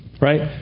Right